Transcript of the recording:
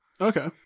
Okay